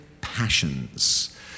passions